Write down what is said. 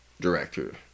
director